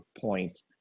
point